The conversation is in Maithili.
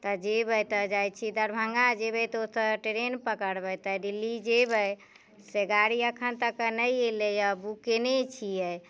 तऽ जीब एतौ जाइ छी दरभङ्गा जेबै तऽ ओतऽ ट्रेन पकड़बै तऽ दिल्ली जेबे से गाड़ी अखन तक नहि एलै हँ बुक कयने छियै